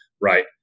Right